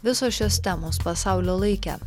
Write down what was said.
visos šios temos pasaulio laike